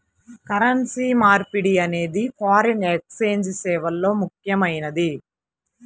currency మార్పిడి అనేది foreign exchange సేవల్లో ముఖ్యమైనది